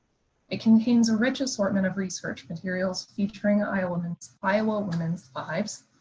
it contains a rich assortment of research materials featuring iowa women's iowa women's lives,